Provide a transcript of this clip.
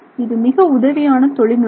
இது மிக உதவியான தொழில்நுட்பம்